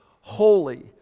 holy